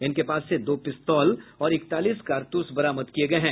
इनके पास से दो पिस्तौल और इकतालीस कारतूस बरामद किये गये हैं